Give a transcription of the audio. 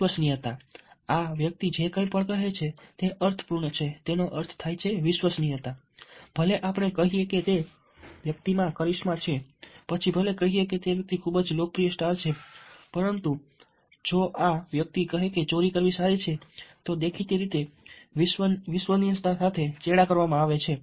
વિશ્વસનીયતા તેથી આ વ્યક્તિ જે કંઈ પણ કહે છે તે અર્થપૂર્ણ છે ભલે આપણે કહીએ કે તે વ્યક્તિમાં કરિશ્મા છે પછી ભલે કહીએ કે તે વ્યક્તિ ખૂબ જ લોકપ્રિય સ્ટાર છે પરંતુ જો આ વ્યક્તિ કહે કે ચોરી કરવી સારી છે તો દેખીતી રીતે વિશ્વસનીયતા સાથે ચેડા કરવામાં આવે છે